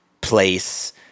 place